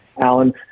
Alan